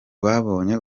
babonye